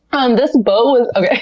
um this boat, okay,